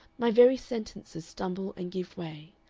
my very sentences stumble and give way.